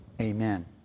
amen